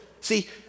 See